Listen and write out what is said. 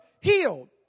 healed